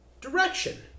direction